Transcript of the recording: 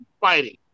fighting